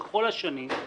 בכל השנים,